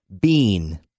Bean